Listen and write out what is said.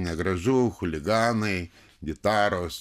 negražu chuliganai gitaros